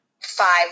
five